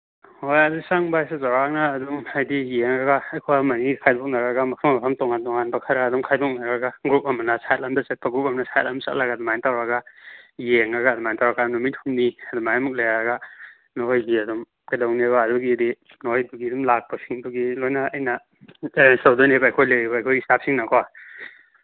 ꯍꯣꯏ ꯑꯗꯨ ꯆꯪꯕ ꯍꯥꯏꯁꯦ ꯆꯧꯔꯥꯛꯅ ꯑꯗꯨꯝ ꯍꯥꯏꯗꯤ ꯌꯦꯡꯉꯒ ꯑꯩꯈꯣꯏ ꯑꯃ ꯑꯅꯤ ꯈꯥꯏꯗꯣꯛꯅꯔꯒ ꯃꯐꯝ ꯃꯐꯝ ꯇꯣꯉꯥꯟ ꯇꯣꯉꯥꯟꯕ ꯈꯔ ꯑꯗꯨꯝ ꯈꯥꯏꯗꯣꯛꯅꯔꯒ ꯒ꯭ꯔꯨꯞ ꯑꯃꯅ ꯁꯥꯏꯠ ꯑꯃꯗ ꯆꯠꯄ ꯒ꯭ꯔꯨꯞ ꯑꯃꯅ ꯁꯥꯏꯠ ꯑꯃꯗ ꯆꯠꯂꯒ ꯑꯗꯨꯃꯥꯏꯅ ꯇꯧꯔꯒ ꯌꯦꯡꯉꯒ ꯑꯗꯨꯃꯥꯏꯅ ꯇꯧꯔꯒ ꯅꯨꯃꯤꯠ ꯍꯨꯝꯅꯤ ꯑꯗꯨꯃꯥꯏꯃꯨꯛ ꯂꯩꯔꯒ ꯅꯈꯣꯏꯒꯤ ꯑꯗꯨꯝ ꯀꯩꯗꯧꯅꯦꯕ ꯑꯗꯨꯒꯤꯗꯤ ꯅꯣꯏꯒꯤ ꯑꯗꯨꯝ ꯂꯥꯛꯄꯁꯤꯡꯗꯨꯒꯤ ꯂꯣꯏꯅ ꯑꯩꯅ ꯑꯦꯔꯦꯟꯖ ꯇꯧꯗꯣꯏꯅꯦꯕ ꯑꯩꯈꯣꯏ ꯂꯩꯔꯤꯕ ꯑꯩꯈꯣꯏ ꯏꯁꯇꯥꯞꯁꯤꯡꯅꯀꯣ